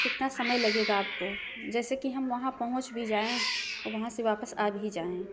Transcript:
कितना समय लगेगा आपको जैसे कि हम वहाँ पहुँच भी जाएँ और वहाँ से वापस आ भी जाएँ